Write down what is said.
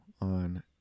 on